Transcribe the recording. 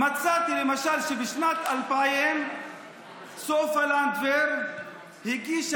מצאתי למשל שבשנת 2000 סופה לנדבר הגישה